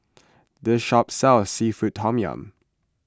this shop sells Seafood Tom Yum